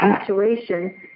situation